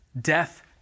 death